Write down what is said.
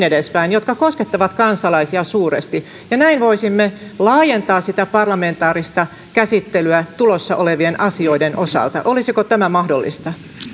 edespäin jotka koskettavat kansalaisia suuresti ja näin voisimme laajentaa sitä parlamentaarista käsittelyä tulossa olevien asioiden osalta olisiko tämä mahdollista